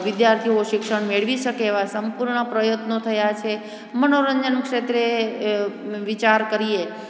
વિદ્યાર્થીઓ શિક્ષણ મેળવી શકે એવા સંપૂર્ણ પ્રયત્નો થયા છે મનોરંજન ક્ષેત્રે એ વિચાર કરીએ